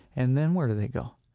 and then where do they go?